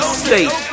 state